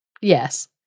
Yes